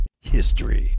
history